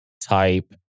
type